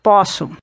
Posso